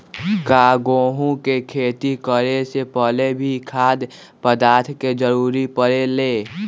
का गेहूं के खेती करे से पहले भी खाद्य पदार्थ के जरूरी परे ले?